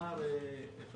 אתה